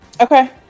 Okay